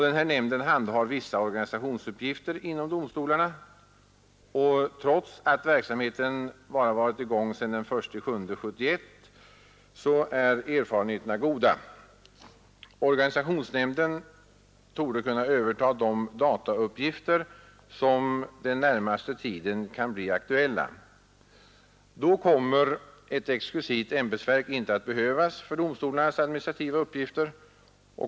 Denna nämnd handhar vissa organisationsuppgifter inom domstolarna, och trots att verksamheten bara varit i gång sedan den 1 juli 1971 är erfarenheterna goda. Organisationsnämnden torde kunna övertaga de datauppgifter som den närmaste tiden kan bli aktuella. Då kommer ett exklusivt ämbetsverk ej att behövas för domstolarnas administrativa uppgifter.